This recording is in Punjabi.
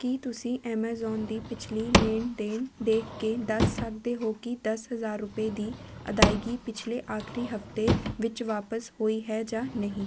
ਕੀ ਤੁਸੀਂਂ ਐਮਾਜ਼ੋਨ ਦੀ ਪਿਛਲੀ ਲੈਣ ਦੇਣ ਦੇਖ ਕੇ ਦੱਸ ਸਕਦੇ ਹੋ ਕਿ ਦਸ ਹਜ਼ਾਰ ਰੁਪਏ ਦੀ ਅਦਾਇਗੀ ਪਿਛਲੇ ਆਖ਼ਰੀ ਹਫ਼ਤੇ ਵਿੱਚ ਵਾਪਸ ਹੋਈ ਹੈ ਜਾਂ ਨਹੀਂ